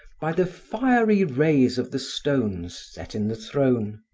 by the fiery rays of the stones set in the throne.